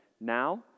now